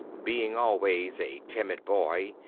being always a timid boy,